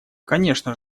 конечно